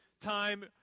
time